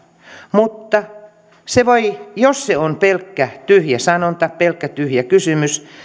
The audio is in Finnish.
mutta jos se on pelkkä tyhjä sanonta pelkkä tyhjä kysymys